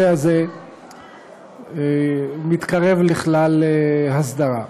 הנושא הזה מתקרב לכלל הסדרה.